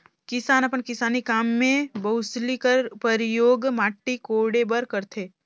किसान अपन किसानी काम मे बउसली कर परियोग माटी कोड़े बर करथे